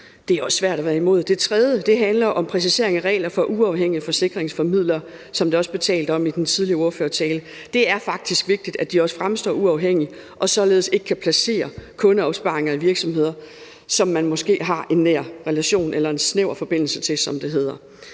Det er også svært at være imod. Det tredje handler om præcisering af regler for uafhængige forsikringsformidlere, som der også blev talt om i den tidligere ordførers tale. Det er faktisk vigtigt, at de også fremstår uafhængige og således ikke kan placere kundeopsparinger i virksomheder, som man måske har en nær relation eller en snæver forbindelse til, som det hedder.